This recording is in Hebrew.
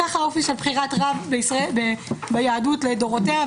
ככה האופי של בחירת רב ביהדות לדורותיה,